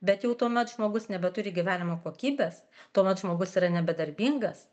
bet jau tuomet žmogus nebeturi gyvenimo kokybės tuomet žmogus yra nebedarbingas